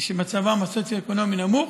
שמצבם הסוציו-אקונומי נמוך